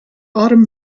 autumn